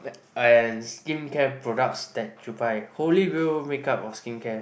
and skincare products that you buy holy grail makeup or skincare